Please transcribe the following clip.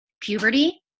puberty